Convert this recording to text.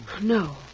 No